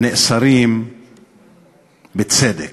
נאסרים בצדק.